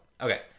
okay